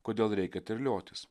kodėl reikia terliotis